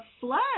flood